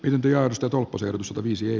dementiasta topo sataviisi oy